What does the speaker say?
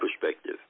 perspective